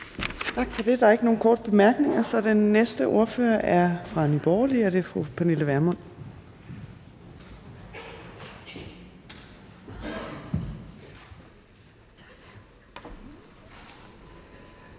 Tak for det. Der er ikke nogen korte bemærkninger, og den næste ordfører er fra Enhedslisten, og det er fru Rosa Lund. Kl.